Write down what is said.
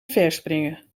verspringen